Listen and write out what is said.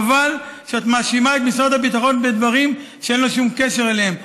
חבל שאת מאשימה את משרד הביטחון בדברים שאין לו שום קשר אליהם.